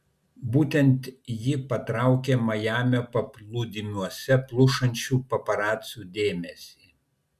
būtent ji patraukė majamio paplūdimiuose plušančių paparacių dėmesį